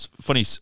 funny